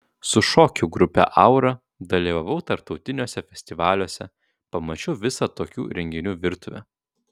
su šokių grupe aura dalyvavau tarptautiniuose festivaliuose pamačiau visą tokių renginių virtuvę